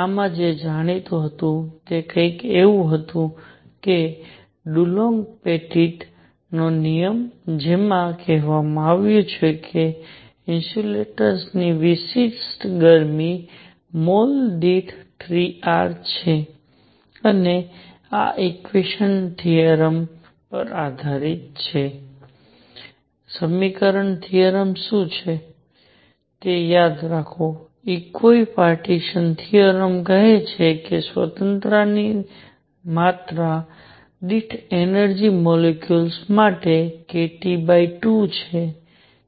આમાં જે જાણીતું હતું તે કંઈક એવું હતું કે ડુલોંગ પેટિટ નો નિયમ કે જેમાં કહેવામાં આવ્યું હતું કે ઇન્સ્યુલેટર્સની વિશિષ્ટ ગરમી મોલ દીઠ 3 R છે અને આ ઇક્વિપાર્ટીશન થિયોરેમ પર આધારિત છે સમીકરણ થિયોરેમ શું છે તે યાદ કરો ઇક્વિપાર્ટીશન થિયોરેમ કહે છે કે સ્વતંત્રતાની માત્રા દીઠ એનર્જિ મોલેક્યુલ્સ માટે kT2 છે